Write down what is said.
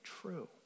true